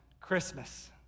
Christmas